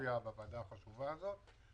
להופיע בוועדה החשובה הזאת.